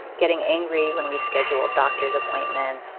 getting angry when we schedule doctor's appointments,